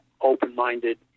open-minded